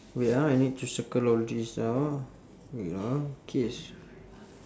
wait ah I need to circle all this ah wait ah